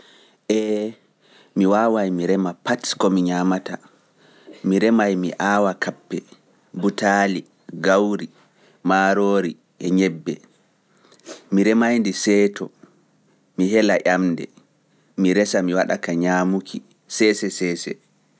Ee, mi waaway mi reema pat ko mi ñaamata, mi reemaay mi aawa kappe, butaali, gawri, maaroori, e ñebbe, mi reemaay ndi seeɗto, mi hela ƴamde, mi resa mi waɗa ka ñaamuki, seese seese.